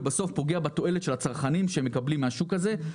ובסוף הוא פוגע בתועלת של הצרכנים שמקבלים מהשוק הזה.